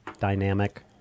dynamic